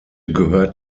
gehört